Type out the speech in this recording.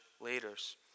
leaders